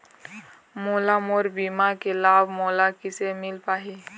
मोला मोर बीमा के लाभ मोला किसे मिल पाही?